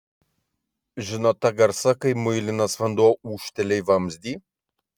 žinot tą garsą kai muilinas vanduo ūžteli į vamzdį